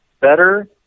better